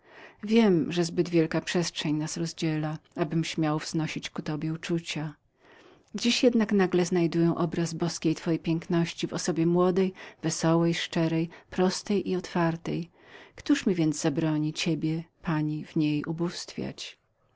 wiem jaka przestrzeń nas rozdziela abym śmiał podnieść myśl uczucia do ciebie dziś jednak nagle znajduję obraz boskiej twojej piękności w osobie młodej wesołej szczerej prostej i otwartej któż mi więc zabroni ciebie pani w niej ubóstwiać